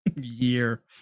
year